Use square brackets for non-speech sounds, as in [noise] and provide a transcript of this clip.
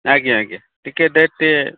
ଆଜ୍ଞା ଆଜ୍ଞା ଟିକେ [unintelligible]